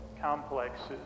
complexes